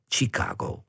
Chicago